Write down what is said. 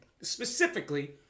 specifically